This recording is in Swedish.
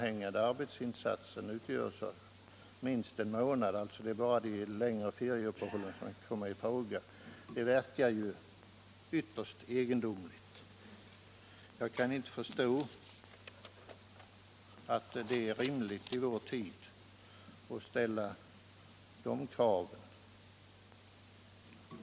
Endast om arbetet pågår minst en månad skall avdrag få göras, och det blir alltså bara arbete under de längre ferierna som kan komma i fråga. Jag kan inte förstå att det i vår tid är rimligt att ställa de kraven.